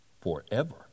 Forever